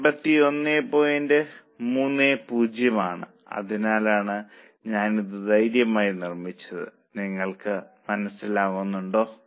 30 ആണ് അതിനാലാണ് ഞാനിത് ധൈര്യമായി നിർമ്മിച്ചത് നിങ്ങൾക്ക് മനസ്സിലാകുന്നുണ്ടോ